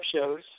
shows